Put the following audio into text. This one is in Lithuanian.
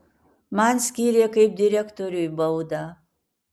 man skyrė kaip direktoriui baudą